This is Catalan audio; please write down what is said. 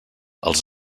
els